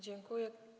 Dziękuję.